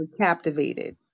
captivated